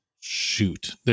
Shoot